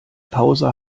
pause